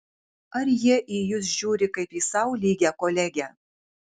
ar jie į jus žiūri kaip į sau lygią kolegę